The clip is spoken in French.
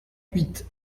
huit